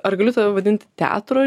ar galiu tave vadint teatro